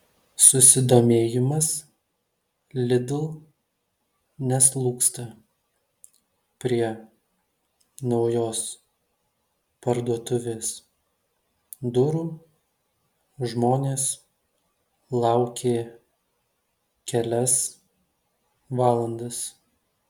susidomėjimas lidl neslūgsta prie naujos parduotuvės durų žmonės laukė kelias valandas